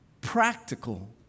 practical